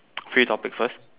free topic first